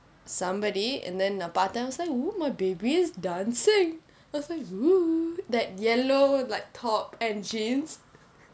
somebody and then uh parthen was like oo my baby's dancing he was like oo that yellow like top and jeans